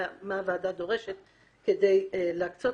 מה הוועדה דורשת כדי להקצות